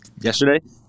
yesterday